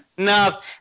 No